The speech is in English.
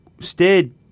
stayed